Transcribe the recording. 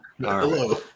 Hello